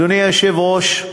אדוני היושב-ראש,